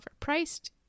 overpriced